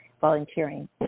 volunteering